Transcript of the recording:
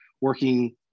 working